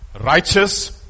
Righteous